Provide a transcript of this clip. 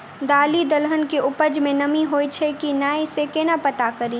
दालि दलहन केँ उपज मे नमी हय की नै सँ केना पत्ता कड़ी?